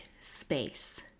space